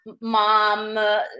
mom